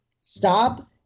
Stop